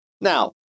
Now